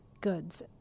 goods